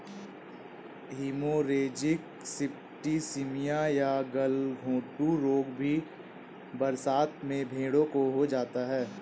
haemorrhagic septicaemia या गलघोंटू रोग भी बरसात में भेंड़ों को होता है